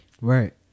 Right